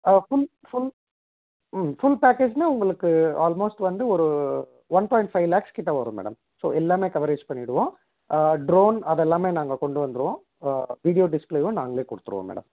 ஆ full full full பேக்கேஜுமே உங்களுக்கு almost வந்து ஒரு ஒன் பாயிண்ட் ஃபை லேக்ஸ்கிட்ட வரும் மேடம் ஸோ எல்லாமே கவரேஜ் பண்ணிவிடுவோம் ஆ ட்ரோன் அதெல்லாமே நாங்கள் கொண்டு வந்துவிடுவோம் வீடியோ டிஸ்பிளேவும் நாங்களே கொடுத்துடுவோம் மேடம்